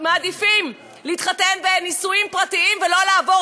מעדיפים להתחתן בנישואים פרטיים ולא לעבור